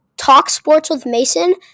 talksportswithmason